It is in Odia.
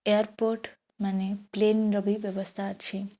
ଏୟାର୍ପୋର୍ଟ ମାନେ ପ୍ଲେନ୍ର ବି ବ୍ୟବସ୍ଥା ଅଛି